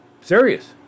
Serious